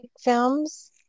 films